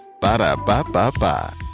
Ba-da-ba-ba-ba